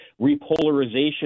repolarization